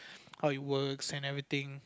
how it works and everything